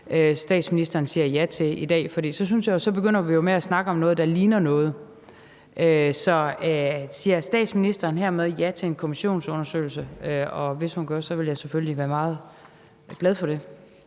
statsministeren siger ja til i dag, for så synes jeg, at vi begynder at snakke om noget, der ligner noget. Så siger statsministeren hermed ja til en kommissionsundersøgelse? Og hvis hun gør, vil jeg selvfølgelig være meget glad for det.